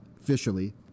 officially